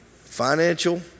Financial